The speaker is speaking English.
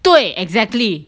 对 exactly